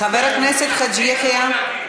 חבר הכנסת חאג' יחיא.